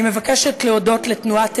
אני מבקשת להודות לתנועת "אמונה",